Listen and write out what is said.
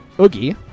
Oogie